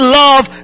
love